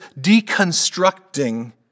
deconstructing